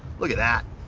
look at that.